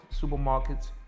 supermarkets